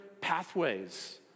pathways